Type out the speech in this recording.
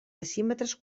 decímetres